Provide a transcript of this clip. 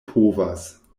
povas